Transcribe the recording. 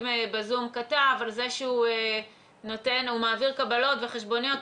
ב"זום" כתב על זה שהוא מעביר קבלות וחשבוניות,